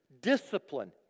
discipline